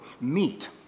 meet